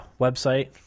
website